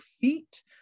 feet